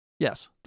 Yes